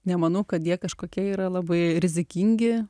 nemanau kad jie kažkokie yra labai rizikingi